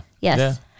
Yes